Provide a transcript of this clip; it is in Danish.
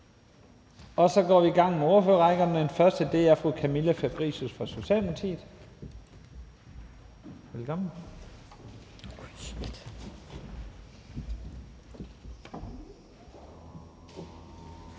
Så går vi i gang med ordførerrækken, og den første er fru Camilla Fabricius fra Socialdemokratiet. Velkommen.